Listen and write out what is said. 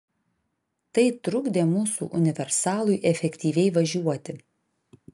tai trukdė mūsų universalui efektyviai važiuoti